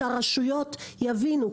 שהרשויות יבינו,